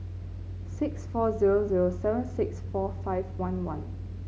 six four zero zero seven six four five one one